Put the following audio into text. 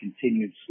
continued